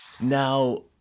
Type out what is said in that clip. Now